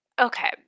Okay